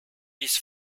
bis